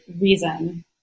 reason